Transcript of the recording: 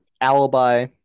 alibi